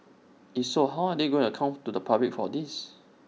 if so how they are going to account to the public for this